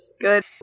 good